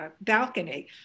balcony